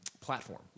platform